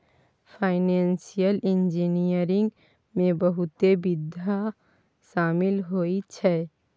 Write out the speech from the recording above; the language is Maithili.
फाइनेंशियल इंजीनियरिंग में बहुते विधा शामिल होइ छै